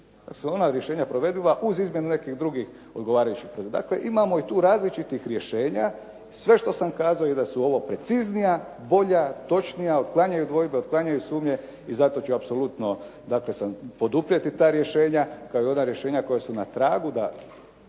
ona rješenja provediva uz izmjenu nekih drugih odgovarajućih. Dakle, imamo i tu različitih rješenja. Sve što sam kazao je da su ovo preciznija, bolja, točnija, otklanjaju dvojbu, otklanjaju sumnje i zato ću apsolutno poduprijeti ta rješenja, kao i ona rješenja koja su na tragu da